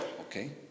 okay